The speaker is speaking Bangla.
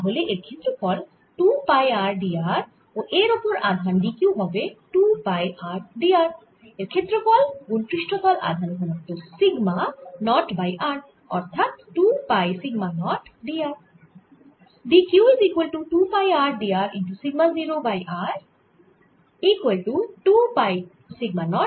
তাহলে এর ক্ষেত্রফল 2 পাই r d r ও এর ওপর আধান d q হবে 2 পাই r d r এর ক্ষেত্রফল গুন পৃষ্ঠতল আধান ঘনত্ব সিগমা নট বাই r অর্থাৎ 2 pi sigma naught d r